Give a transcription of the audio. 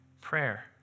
prayer